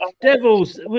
Devils